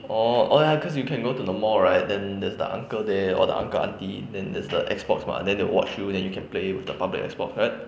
orh orh ya cause you can go to the mall right and then there's the uncle there or the uncle aunty then there's the X box mah then they watch you then you can play with the public X box right